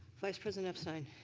vice president epstein.